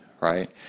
right